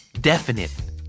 Definite